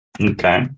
Okay